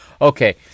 Okay